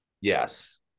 Yes